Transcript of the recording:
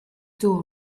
two